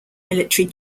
military